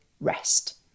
rest